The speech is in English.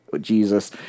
Jesus